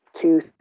two